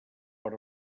per